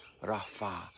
Rafa